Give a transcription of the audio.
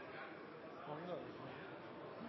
mangler